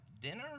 dinner